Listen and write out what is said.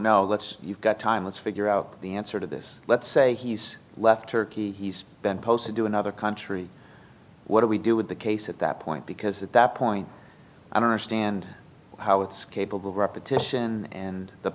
know let's you've got time let's figure out the answer to this let's say he's left turkey he's been posted to another country what do we do with the case at that point because at that point i don't understand how it's capable of repetition and the